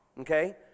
Okay